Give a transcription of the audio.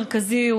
מרכזי,